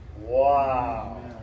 Wow